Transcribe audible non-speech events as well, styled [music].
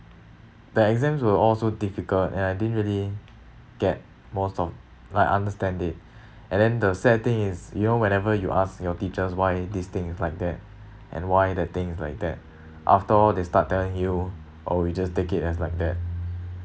the exams were all so difficult and I didn't really get most of like understand it [breath] and then the sad thing is you know whenever you ask your teachers why this thing is like that [breath] and why that thing is like that [breath] after all they start telling you !ow! you just take it as like that